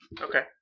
Okay